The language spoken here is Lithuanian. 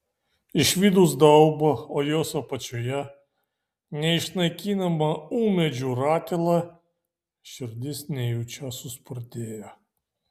išvydus daubą o jos apačioje neišnaikinamą ūmėdžių ratilą širdis nejučia suspurdėjo